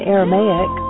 Aramaic